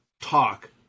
talk